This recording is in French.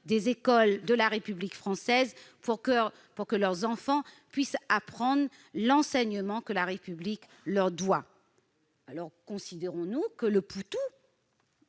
des écoles de la République française pour que leurs enfants puissent recevoir l'enseignement que la République leur doit ! Considérons-nous, encore